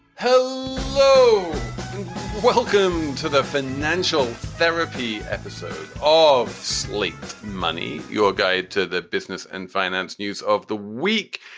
ho ho welcome to the financial therapy episode of sleep money, your guide to the business and finance news of the week.